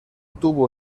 tuvo